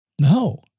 No